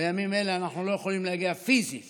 בימים אלה אנחנו לא יכולים להגיע פיזית